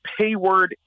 Payword